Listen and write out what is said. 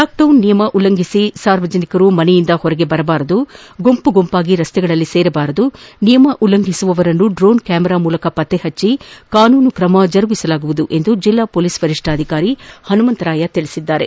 lockdown ನಿಯಮ ಉಲ್ಲಂಘಿಸಿ ಸಾರ್ವಜನಿಕರು ಮನೆಯಿಂದ ಹೊರಗೆ ಬರಬಾರದು ಗುಂಪು ಗುಂಪಾಗಿ ರಸ್ತೆಗಳಲ್ಲಿ ಸೇರಬಾರದು ನಿಯಮ ಉಲ್ಲಂಘಿಸುವವರನ್ನು ಡ್ರೋನ್ ಕ್ಯಾಮರಾ ಮೂಲಕ ಪತ್ತೆಪಟ್ಟ ಕಾನೂನು ಕ್ರಮ ಜರುಗಿಸಲಾಗುವುದು ಎಂದು ಜಿಲ್ಲಾ ಪೊಲೀಸ್ ವರಿಷ್ಠಾಧಿಕಾರಿ ಹನುಮಂತರಾಯ ತಿಳಿಸಿದ್ದಾರೆ